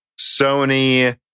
sony